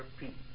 repeat